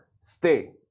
Stay